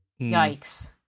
Yikes